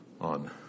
on